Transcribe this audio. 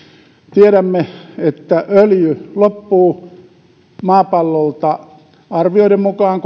tiedämme että öljy loppuu maapallolta arvioiden mukaan